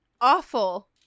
awful